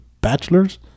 bachelor's